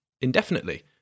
indefinitely